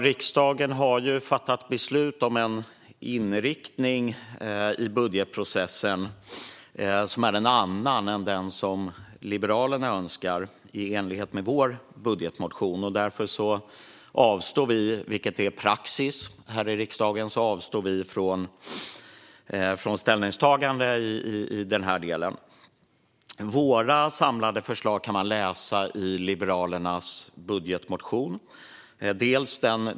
Riksdagen har fattat beslut om en inriktning i budgetprocessen som är en annan än den som Liberalerna önskar, i enlighet med vår budgetmotion. Därför avstår vi, vilket är praxis här i riksdagen, från ställningstagande i denna del. Våra samlade förslag kan man läsa i Liberalernas budgetmotion.